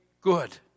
good